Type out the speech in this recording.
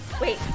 wait